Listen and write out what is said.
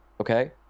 okay